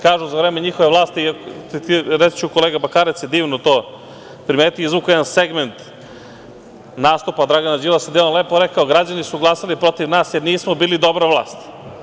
Kažu za vreme njihove vlasti, reći ću, kolega Bakarec je divno to primetio, izvukao je jedan segment nastupa Dragana Đilasa gde je on lepo rekao – građani su glasali protiv nas jer nismo bili dobra vlast.